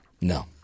No